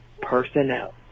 personnel